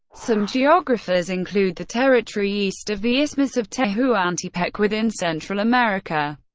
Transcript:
some geographers include the territory east of the isthmus of tehuantepec within central america.